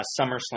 SummerSlam